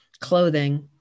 clothing